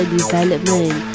development